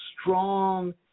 strong